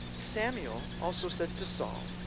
samuel also said to saul,